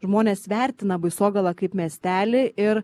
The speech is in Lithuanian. žmonės vertina baisogalą kaip miestelį ir